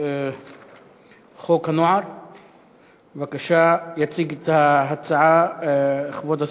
חוק הנוער (שפיטה, ענישה ודרכי טיפול) (תיקון מס'